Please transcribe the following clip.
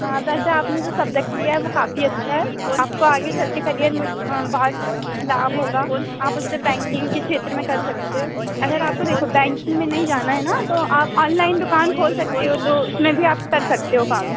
हाँ वैसे आपने जो सब्जेक्ट लिया है वो काफ़ी अच्छा है आपको आगे चल कर करियर में हाँ बहुत लाभ होगा आप उससे बैंकिंग के क्षेत्र में कर सकते हो अगर आपको देखो बैंकिंग में नहीं जाना है ना तो आप ऑनलाइन दुकान खोल सकते हो तो उसमें भी आप कर सकते हो काम